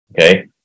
okay